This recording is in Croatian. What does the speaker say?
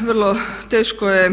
Vrlo teško je